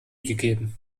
gegeben